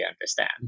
understand